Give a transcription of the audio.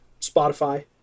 spotify